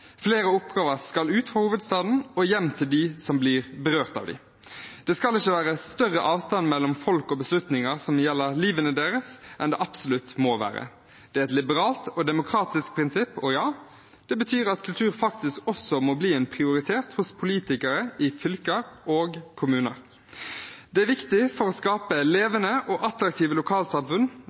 Flere oppgaver skal ut fra hovedstaden og hjem til dem som blir berørt av dem. Det skal ikke være større avstand mellom folk og beslutninger som gjelder livene deres, enn det absolutt må være. Det er et liberalt og demokratisk prinsipp, og ja, det betyr at kultur faktisk også må bli en prioritet hos politikere i fylker og kommuner. Det er viktig for å skape levende og attraktive lokalsamfunn.